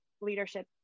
leadership